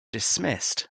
dismissed